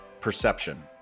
perception